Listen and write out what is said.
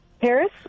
Paris